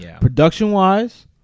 production-wise